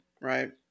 right